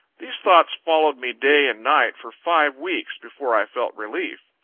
these thoughts followed me day and night, for five weeks, before i felt relief.